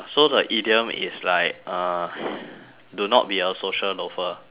so the idiom is like uh do not be a social loafer